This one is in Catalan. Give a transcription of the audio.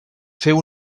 feu